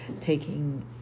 taking